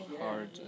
hard